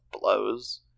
blows